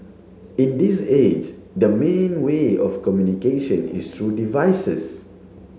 in this age the main way of communication is through devices